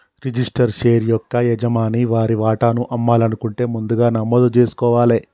registered share యొక్క యజమాని వారి వాటాను అమ్మాలనుకుంటే ముందుగా నమోదు జేసుకోవాలే